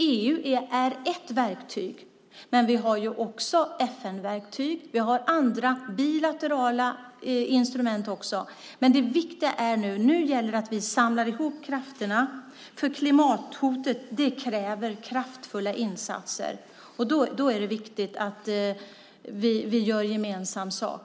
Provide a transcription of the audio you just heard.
EU är ett verktyg, men vi har också FN-verktyget och andra bilaterala instrument. Nu gäller det att vi samlar ihop krafterna, för klimathotet kräver kraftfulla insatser. Då är det viktigt att vi gör gemensam sak.